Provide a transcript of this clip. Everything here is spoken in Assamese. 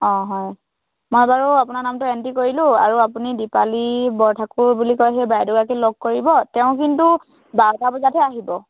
অঁ হয় মই বাৰু আপোনাৰ নামটো এণ্ট্ৰি কৰিলো আৰু আপুনি দিপালী বৰঠাকুৰ বুলি কয় সেই বাইদেউ গৰাকীক লগ কৰিব তেওঁ কিন্তু বাৰটা বজাতহে আহিব